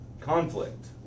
Conflict